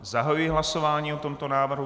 Zahajuji hlasování o tomto návrhu.